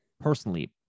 personally